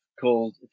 called